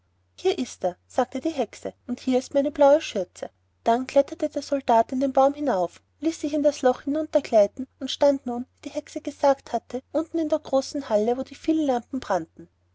hier ist er sagte die hexe und hier ist meine blaue schürze dann kletterte der soldat auf den baum hinauf ließ sich in das loch hinuntergleiten und stand nun wie die hexe gesagt hatte unten in der großen halle wo die vielen lampen brannten